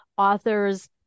authors